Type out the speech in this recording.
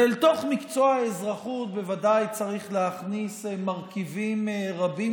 ולתוך מקצוע האזרחות בוודאי צריך להכניס מרכיבים רבים